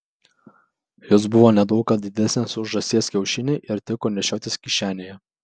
jos buvo ne daug ką didesnės už žąsies kiaušinį ir tiko nešiotis kišenėje